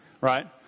Right